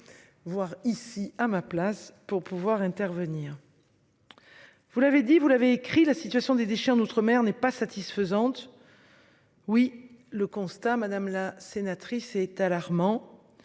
Voir ici à ma place pour pouvoir intervenir. Vous l'avez dit, vous l'avez écrit. La situation des déchets d'outre-mer n'est pas satisfaisante. Oui le constat, madame la sénatrice est alarmant.